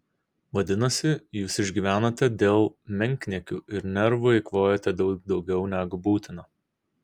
vadinasi jūs išgyvenate dėl menkniekių ir nervų eikvojate daug daugiau negu būtina